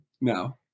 No